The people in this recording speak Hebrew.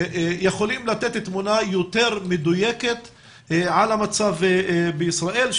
יכולים לתת תמונה יותר מדויקת על המצב בישראל,